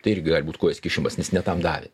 tai irgi gali būt kojos kišimas nes ne tam davė